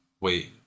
wait